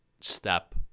step